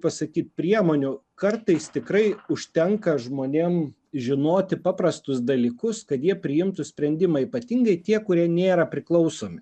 pasakyt priemonių kartais tikrai užtenka žmonėm žinoti paprastus dalykus kad jie priimtų sprendimą ypatingai tie kurie nėra priklausomi